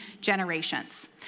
generations